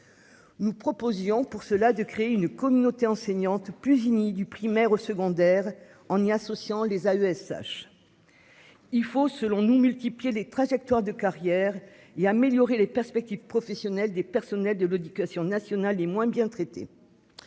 Nous proposions pour cela de créer une communauté enseignante plus du primaire au secondaire, en y associant les AESH. Il faut selon nous multiplier les trajectoires de carrière il améliorer les perspectives professionnelles des personnels de l'audit que si on. Des moins bien traités.